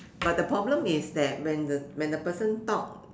but the problem is that when the when the person talk